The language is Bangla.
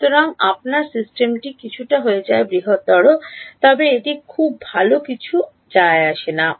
সুতরাং আপনার সিস্টেমটি কিছুটা বৃহত্তর হয়ে যায় তবে খুব ভাল কিছু যায় আসে না